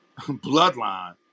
bloodline